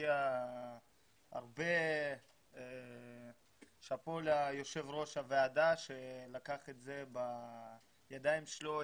מגיע הרבה שאפו ליושב ראש הוועדה שלקח את זה בידיים שלו,